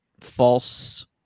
false